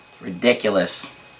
Ridiculous